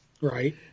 Right